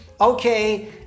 Okay